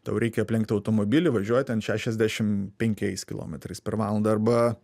tau reikia aplenkti automobilį važiuoja ten šešiasdešimt penkiais kilometrais per valandą arba